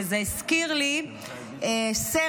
וזה הזכיר לי סרט,